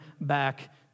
back